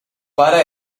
pare